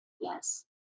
Yes